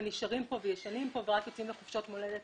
נשארים פה וישנים פה ורק יוצאים לחופשות מולדת